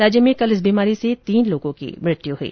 राज्य में कल इस बीमारी से तीन लोगों की मृत्यू हुई